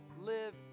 live